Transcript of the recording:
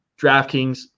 DraftKings